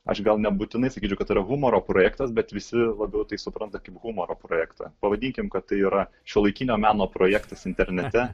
aš gal nebūtinai sakyčiau kad yra humoro projektas bet visi labiau tai supranta kaip humoro projektą pavadinkim kad tai yra šiuolaikinio meno projektas internete